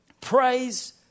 Praise